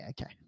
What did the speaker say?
okay